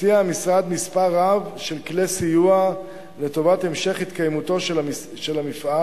הציע המשרד מספר רב של כלי סיוע לטובת המשך התקיימותו של המפעל,